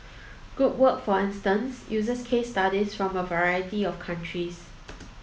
group work for instance uses case studies from a variety of countries